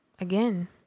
Again